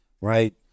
right